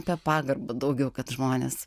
apie pagarbą daugiau kad žmonės